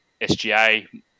SGA